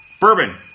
Bourbon